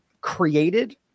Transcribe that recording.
created